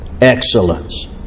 excellence